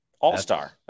All-star